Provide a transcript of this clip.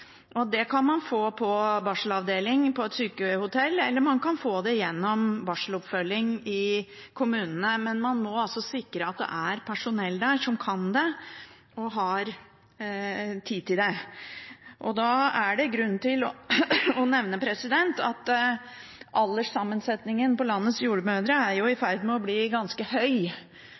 Det kan man få på en barselavdeling, på et sykehotell, eller man kan få det gjennom barseloppfølging i kommunene. Men man må altså sikre at det er personell der som kan det og har tid til det. Da er det grunn til å nevne alderssammensetningen blant landets jordmødre, gjennomsnittsalderen er i ferd med å bli ganske høy.